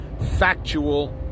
factual